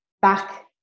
back